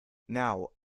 now